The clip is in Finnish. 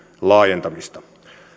laajentamista